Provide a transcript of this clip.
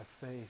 faith